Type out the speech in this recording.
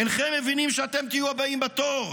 אינכם מבינים שאתם תהיו הבאים בתור?